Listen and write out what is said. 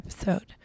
episode